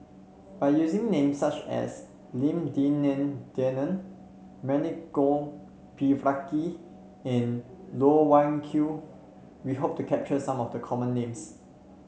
by using names such as Lim Denan Denon Milenko Prvacki and Loh Wai Kiew we hope to capture some of the common names